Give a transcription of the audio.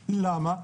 למה?